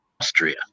Austria